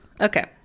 Okay